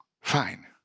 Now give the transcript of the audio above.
fine